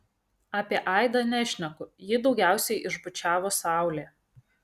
apie aidą nešneku jį daugiausiai išbučiavo saulė